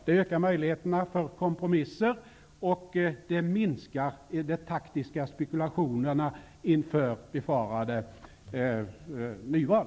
Det ökar möjligheterna för kompromisser och minskar de taktiska spekulationerna inför befarade nyval.